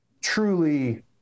truly